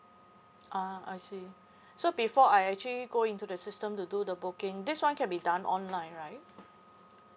ah I see so before I actually go into the system to do the booking this one can be done online right